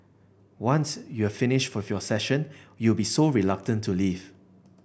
once you're finished with your session you'll be so reluctant to leave